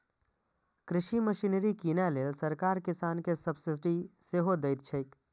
कृषि मशीनरी कीनै लेल सरकार किसान कें सब्सिडी सेहो दैत छैक